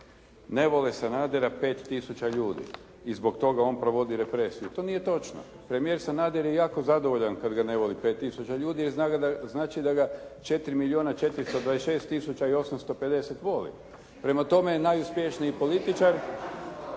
Ne vole Sanadera 5000 ljudi i zbog toga on provodi represiju. To nije točno. Premijer Sanader je jako zadovoljan kada ga ne voli 5 tisuća ljudi, jer znači da ga 4 milijuna 426 tisuća i 850 voli, prema tome najuspješniji političar